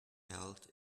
held